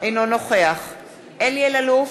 אינו נוכח אלי אלאלוף,